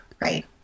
Right